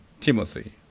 Timothy